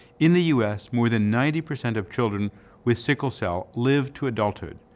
in the u s, more than ninety percent of children with sickle cell live to adulthood,